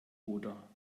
oder